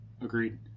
Agreed